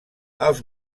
els